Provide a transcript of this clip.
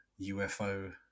UFO